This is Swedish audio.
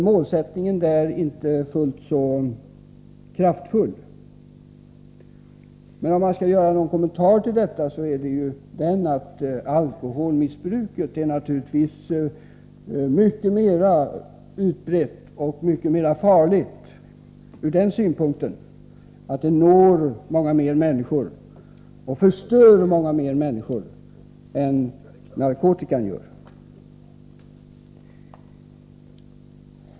Målsättningen på detta område blir inte lika kraftfull. Om jag skall göra någon kommentar till detta är det den att alkoholmissbruket naturligtvis är mycket mer utbrett och farligt ur den synpunkten att det når många fler människor och förstör många fler människor än narkotikan.